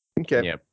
Okay